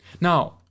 Now